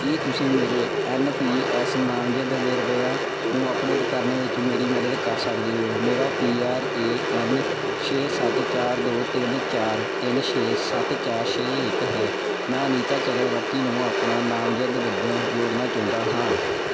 ਕੀ ਤੁਸੀਂ ਮੇਰੇ N P S ਨਾਮਜ਼ਦ ਵੇਰਵਿਆਂ ਨੂੰ ਅੱਪਡੇਟ ਕਰਨ ਵਿੱਚ ਮੇਰੀ ਮਦਦ ਕਰ ਸਕਦੇ ਹੋ ਮੇਰਾ ਪੀ ਆਰ ਏ ਐੱਨ ਛੇ ਸੱਤ ਚਾਰ ਦੋ ਤਿੰਨ ਚਾਰ ਤਿੰਨ ਛੇ ਸੱਤ ਚਾਰ ਛੇ ਇੱਕ ਹੈ ਮੈਂ ਅਨੀਤਾ ਚੱਕਰਵਰਤੀ ਨੂੰ ਆਪਣਾ ਨਾਮਜ਼ਦ ਵਜੋਂ ਜੋੜਨਾ ਚਾਹੁੰਦਾ ਹਾਂ